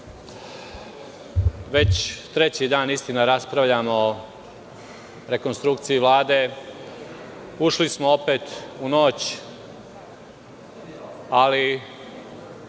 već treći dan, istina, raspravljamo o rekonstrukciji Vlade. Ušli smo opet u noć, ali